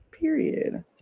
Period